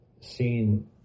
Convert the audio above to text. seen